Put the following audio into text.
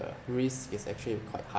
the risk is actually quite high